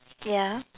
ya